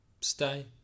Stay